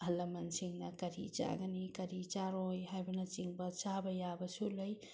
ꯑꯍꯜ ꯂꯃꯟꯁꯤꯡꯅ ꯀꯔꯤ ꯆꯥꯒꯅꯤ ꯀꯔꯤ ꯆꯥꯔꯣꯏ ꯍꯥꯏꯕꯅꯆꯤꯡꯕ ꯆꯥꯕ ꯌꯥꯕꯁꯨ ꯂꯩ